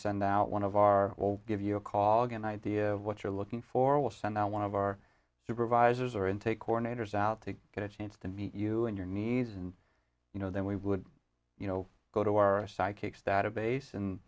send out one of our we'll give you a call good idea what you're looking for we'll send one of our supervisors or intake coordinators out to get a chance to meet you and your knees and you know then we would you know go to our psychics database and